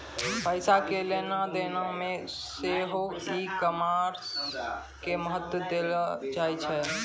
पैसा के लेन देनो मे सेहो ई कामर्स के महत्त्व देलो जाय छै